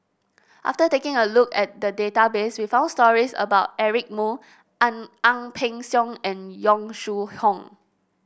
after taking a look at the database we found stories about Eric Moo Ang Ang Peng Siong and Yong Shu Hoong